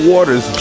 Waters